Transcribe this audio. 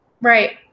Right